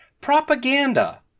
Propaganda